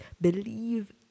believe